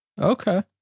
Okay